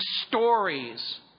stories